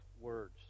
words